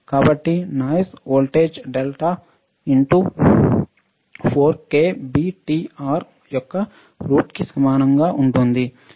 కాబట్టి noise voltage delta into 4 k B T R యొక్క root కి సమానంగా ఉంటుంది